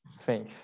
faith